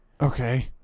Okay